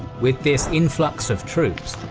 with this influx of troops,